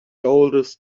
oldest